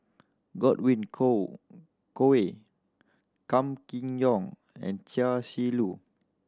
Godwin coal Koay Kam Kee Yong and Chia Shi Lu